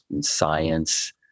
science